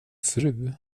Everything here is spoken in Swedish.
fru